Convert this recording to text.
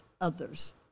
Others